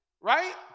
Right